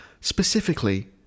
Specifically